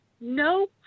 No